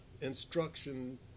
instruction